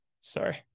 Sorry